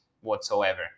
whatsoever